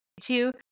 Two